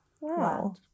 Wow